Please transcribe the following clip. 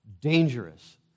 Dangerous